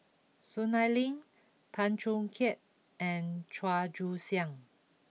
Soon Ai Ling Tan Choo Kai and Chua Joon Siang